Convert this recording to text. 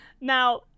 Now